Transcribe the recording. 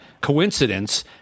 coincidence